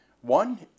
one